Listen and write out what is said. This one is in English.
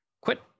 Quit